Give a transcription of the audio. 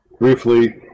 briefly